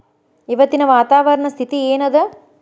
ಇವತ್ತಿನ ವಾತಾವರಣ ಸ್ಥಿತಿ ಏನ್ ಅದ?